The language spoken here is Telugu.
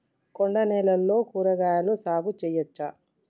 కొండ నేలల్లో కూరగాయల సాగు చేయచ్చా?